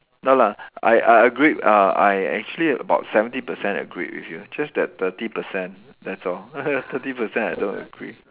no lah I I agreed uh I actually about seventy percent agreed with you just that thirty person that's all thirty percent I don't agree